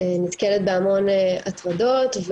נתקלת בהמון הטרדות,